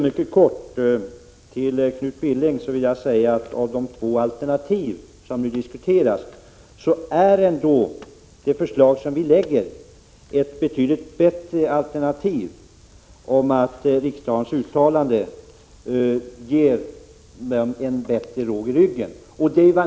Herr talman! Till Knut Billing vill jag säga, att av de två alternativ som nu diskuteras är det förslag som utskottet lägger fram betydligt bättre. Ett uttalande från riksdagen ger kommunen bättre råg i ryggen.